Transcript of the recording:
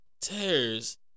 Tears